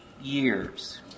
years